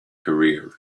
career